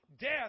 death